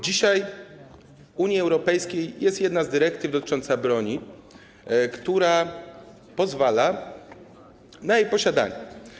Dzisiaj w Unii Europejskiej jest jedna z dyrektyw dotycząca broni, która pozwala na jej posiadanie.